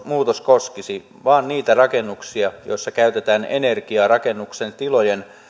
muutos koskisi vaan niitä rakennuksia joissa käytetään energiaa rakennuksen tilojen